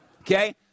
Okay